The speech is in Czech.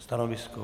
Stanovisko?